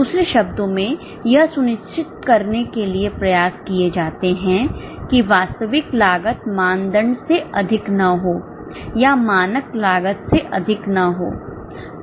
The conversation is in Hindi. दूसरे शब्दों में यह सुनिश्चित करने के लिए प्रयास किए जाते हैं कि वास्तविक लागत मानदंड से अधिक न हो या मानक लागत से अधिक न हो